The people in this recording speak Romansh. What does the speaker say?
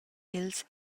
els